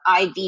IV